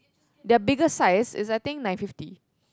their bigger size is I think nine fifty